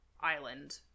island